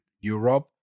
Europe